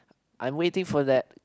I am waiting for that